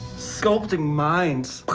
sculpting minds.